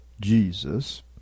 Jesus